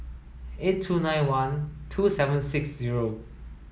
eight two nine one two seven six zero